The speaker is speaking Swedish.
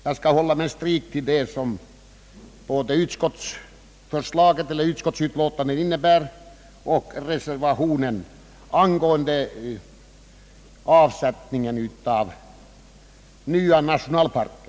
Jag skall strikt hålla mig till det som både utskottets utlåtande och reservationen innebär angående avsättningen av nya nationalparker.